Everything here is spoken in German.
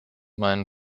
meinen